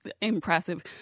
Impressive